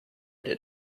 did